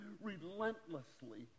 relentlessly